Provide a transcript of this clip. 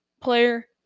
player